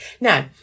Now